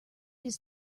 his